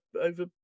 over